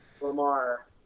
Lamar